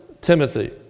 Timothy